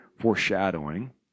foreshadowing